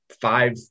five